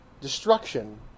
destruction